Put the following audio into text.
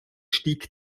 stieg